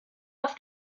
auf